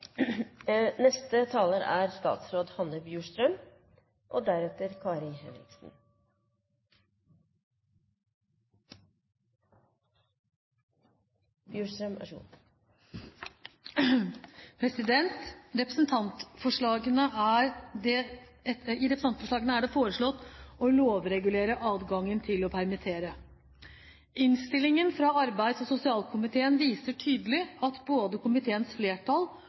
I representantforslagene er det foreslått å lovregulere adgangen til å permittere. Innstillingen fra arbeids- og sosialkomiteen viser tydelig at både komiteens flertall